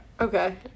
Okay